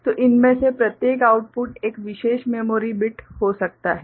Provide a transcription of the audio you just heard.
तो इनमें से प्रत्येक आउटपुट एक विशेष मेमोरी बिट हो सकता है